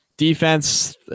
Defense